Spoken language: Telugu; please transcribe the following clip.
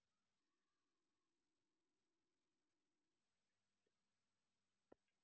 ఎన్.ఈ.ఎఫ్.టీ అంటే ఏమిటి?